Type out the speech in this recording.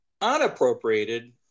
unappropriated